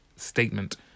statement